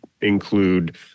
include